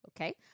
okay